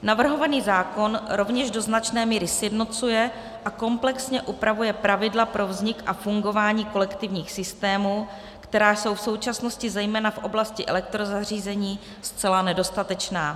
Navrhovaný zákon rovněž do značné míry sjednocuje a komplexně upravuje pravidla pro vznik a fungování kolektivních systémů, která jsou v současnosti zejména v oblasti elektrozařízení zcela nedostatečná.